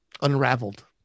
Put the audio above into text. unraveled